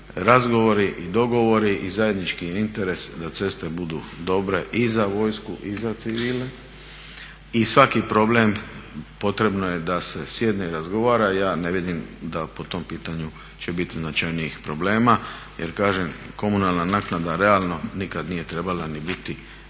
Razgovori i dogovori i zajednički interes da ceste budu dobre i za vojsku i za civile i svaki problem potrebno je da se sjedne i razgovara. Ja ne vidim da po tom pitanju će biti značajnijih problema, jer kažem komunalna naknada realno nikad nije trebala ni biti